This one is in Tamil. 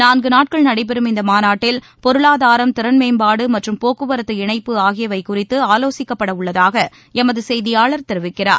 நான்கு நாட்கள் நடைபெறும் இந்த மாநாட்டில் பொருளாதாரம் திறன்மேம்பாடு மற்றும் போக்குவரத்து இணைப்பு ஆகியவை குறித்து ஆலோசிக்கப்படவுள்ளதாக எமது செய்தியாளர் தெரிவிக்கிறார்